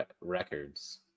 Records